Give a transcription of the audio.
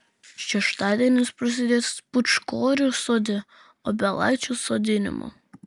šeštadienis prasidės pūčkorių sode obelaičių sodinimu